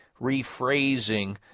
rephrasing